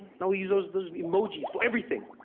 now we use those those emoji's. for everything.